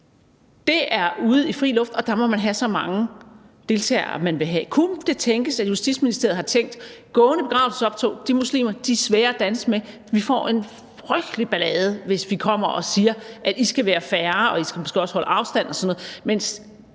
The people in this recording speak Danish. er ude i fri luft, og der må man have så mange deltagere, man vil have? Kunne det tænkes, at Justitsministeriet har tænkt: Gående begravelsesoptog med muslimer er svære at danse med, og vi får en frygtelig ballade, hvis vi kommer og siger, at de skal være færre og måske også holde afstand og sådan noget,